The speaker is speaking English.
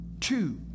two